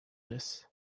this